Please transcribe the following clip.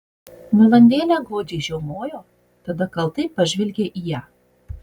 valandėlę godžiai žiaumojo tada kaltai pažvelgė į ją